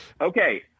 Okay